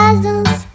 Puzzles